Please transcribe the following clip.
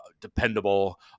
dependable